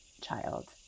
child